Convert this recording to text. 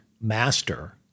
master